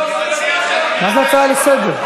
מה זה הצעה לסדר?